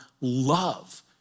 love